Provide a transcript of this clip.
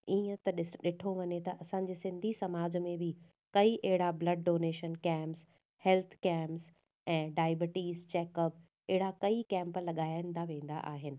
ईअं त ॾिस ॾिठो वञे त असांजे सिंधी समाज में बि कई अहिड़ा blood donation camps health camps ऐं डायबिटीज़ चैकअप अहिड़ा कई कैम्प लॻाईंदा वेंदा आहिनि